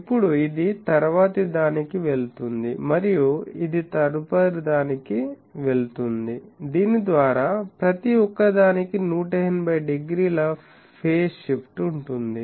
ఇప్పుడు ఇది తరువాతిదానికి వెళుతుంది మరియు ఇది తదుపరిదానికి వెళుతుంది దీని ద్వారా ప్రతి ఒక్కదానికి 180 డిగ్రీల ఫేస్ షిఫ్ట్ ఉంటుంది